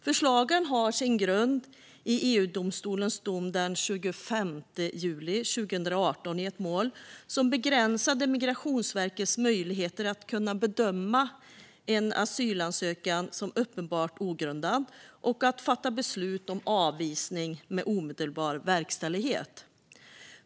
Förslagen har sin grund i EU-domstolens dom i ett mål den 25 juli 2018 som begränsade Migrationsverkets möjligheter att bedöma en asylansökan som uppenbart ogrundad och fatta beslut om avvisning med omedelbar verkställighet.